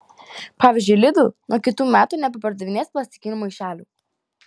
pavyzdžiui lidl nuo kitų metų nebepardavinės plastikinių maišelių